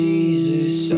Jesus